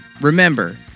Remember